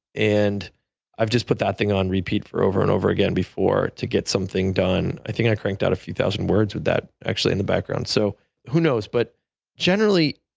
and i've just put that thing on repeat for over and over again before to get something done. i think i cranked out a few thousand words with that actually in the background, so who knows? but generally,